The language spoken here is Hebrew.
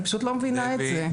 אני פשוט לא מבינה את זה.